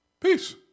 Peace